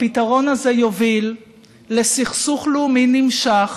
הפתרון הזה יוביל לסכסוך לאומי נמשך,